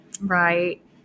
Right